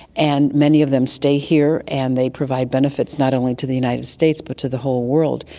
and many of them stay here and they provide benefits not only to the united states but to the whole world.